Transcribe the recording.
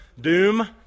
doom